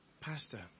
Pastor